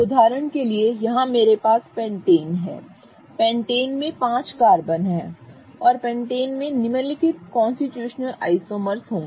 उदाहरण के लिए यहां मेरे पास पेंटेन है पेंटेन में पाँच कार्बन हैं और पेंटेन में निम्नलिखित कॉन्स्टिट्यूशनल आइसोमर्स होंगे